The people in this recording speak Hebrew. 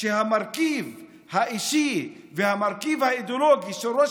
המרכיב האישי והמרכיב האידיאולוגי של ראש